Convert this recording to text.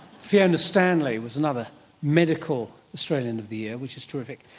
fiona stanley was another medical australian of the year, which is terrific.